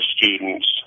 students